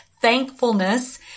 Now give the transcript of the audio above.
thankfulness